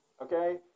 okay